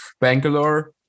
Bangalore